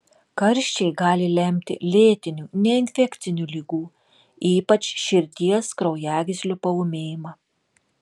karščiai gali lemti lėtinių neinfekcinių ligų ypač širdies kraujagyslių paūmėjimą